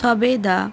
সবেদা